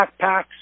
backpacks